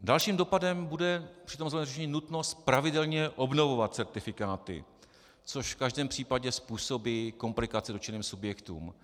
Dalším dopadem bude samozřejmě nutnost pravidelně obnovovat certifikáty, což v každém případě způsobí komplikace dotčeným subjektům.